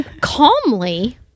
calmly